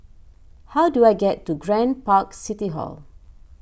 how do I get to Grand Park City Hall